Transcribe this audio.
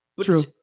True